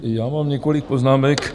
Já mám několik poznámek.